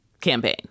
campaign